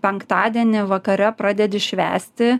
penktadienį vakare pradedi švęsti